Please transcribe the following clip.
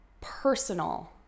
personal